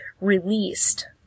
released